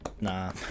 Nah